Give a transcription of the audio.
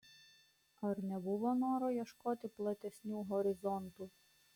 ar nebuvo noro ieškoti platesnių horizontų